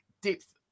depth